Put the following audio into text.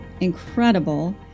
incredible